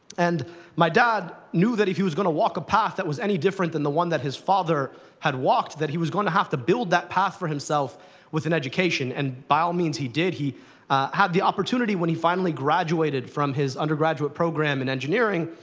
and my dad knew that, if he was going to walk a path that was any different than the one that his father had walked, that he was going to have to build that path for himself with an education. and by all means, he did. he had the opportunity, when he finally graduated from his undergraduate program in engineering,